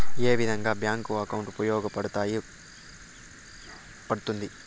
ఏ విధంగా bank account ఉపయోగపడతాయి పడ్తుంది